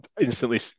instantly